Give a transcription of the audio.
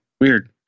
weird